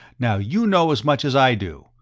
now you know as much as i do,